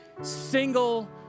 single